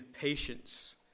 patience